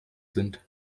sind